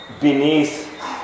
beneath